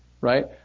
Right